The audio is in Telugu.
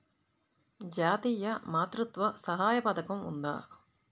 జాతీయ మాతృత్వ సహాయ పథకం ఉందా?